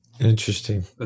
Interesting